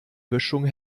böschung